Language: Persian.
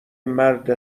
مرد